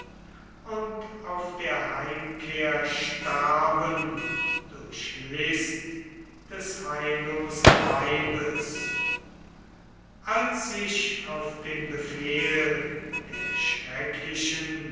und auf der heimkehr starben durch list des heillosen weibes als sich auf den befehl der schrecklichen